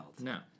No